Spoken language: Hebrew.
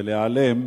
ונעלם,